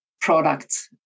products